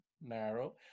narrow